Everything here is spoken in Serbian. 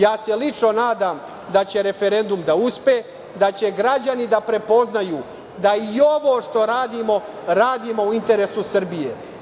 Ja se lično nadam da će referendum da uspe, da će građani da prepoznaju da i ovo što radimo radimo u interesu Srbije.